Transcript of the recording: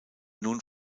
nun